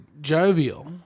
jovial